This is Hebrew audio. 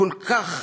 כל כך